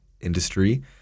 industry